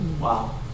Wow